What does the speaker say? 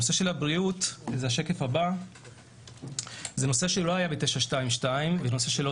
נושא הבריאות הוא נושא שלא היה ב-922 ונושא שלא